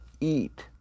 eat